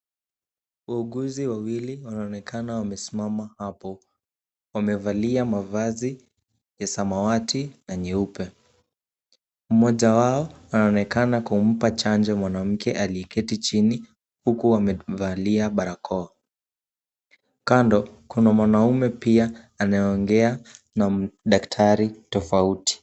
Wauguzi wawili wanaonekana wamesimama hapo. Wamevalia mavazi ya samawati na nyeupe. Mmoja wao anaonekana kumpa chanjo mwanamke aliyeketi chini huku amevalia barakoa. Kando kuna mwanaume pia anayeongea na daktari tofauti.